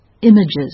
images